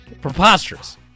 preposterous